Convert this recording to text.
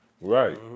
right